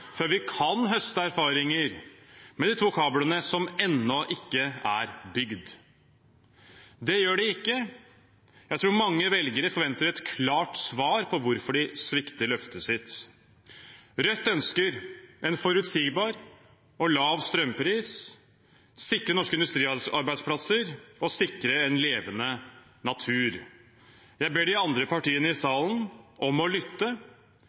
før vi kan høste erfaringer med de to kablene som ennå ikke er bygd. Det gjør de ikke. Jeg tror mange velgere forventer et klart svar på hvorfor de svikter løftet sitt. Rødt ønsker en forutsigbar og lav strømpris, å sikre norske industriarbeidsplasser og å sikre en levende natur. Jeg ber de andre partiene i salen om å lytte.